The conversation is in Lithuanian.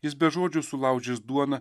jis be žodžių sulaužys duoną